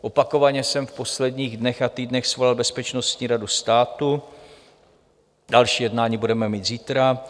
Opakovaně jsem v posledních dnech a týdnech svolal Bezpečnostní radu státu, další jednání budeme mít zítra.